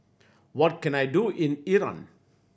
what can I do in Iran